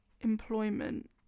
employment